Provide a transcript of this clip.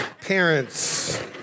parents